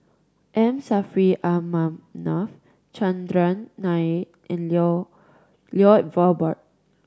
M Saffri A Manaf Chandran Nair and Lloyd Valberg